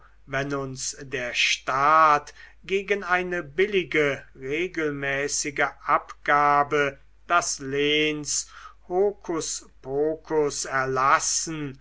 wenn uns der staat gegen eine billige regelmäßige abgabe das lehns hokuspokus erlassen